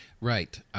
Right